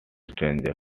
stranger